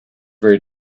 very